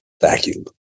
vacuum